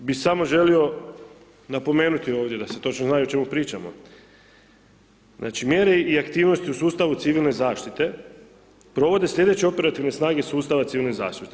Ono što bi samo želio napomenuti ovdje da se točno zna i o čemu pričamo, znači mjere i aktivnosti u sustavu civilne zaštite provode sljedeće operativne snage sustava civilne zaštite.